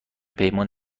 پیمان